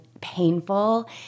painful